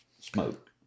smoke